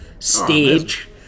Stage